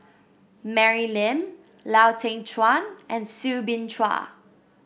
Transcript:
Mary Lim Lau Teng Chuan and Soo Bin Chua